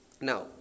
Now